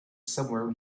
somewhere